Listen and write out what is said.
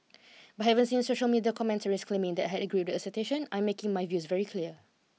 but having seen social media commentaries claiming that I had agreed the assertion I'm making my views very clear